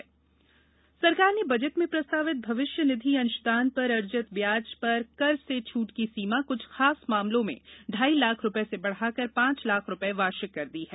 ब्याज छूट सरकार ने बजट में प्रस्तावित भविष्य निधि अंशदान पर अर्जित ब्याज पर कर से छूट की सीमा कुछ खास मामलों में ढाई लाख रुपये से बढ़ा कर पांच लाख रुपये वार्षिक कर दी है